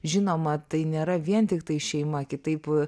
žinoma tai nėra vien tiktai šeima kitaip